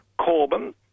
corbyn